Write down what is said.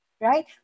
Right